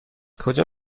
کجا